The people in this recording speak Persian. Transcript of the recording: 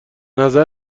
نظر